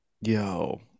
yo